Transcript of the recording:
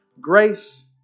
Grace